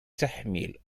تحمل